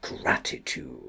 gratitude